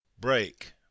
break